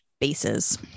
bases